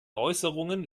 äußerungen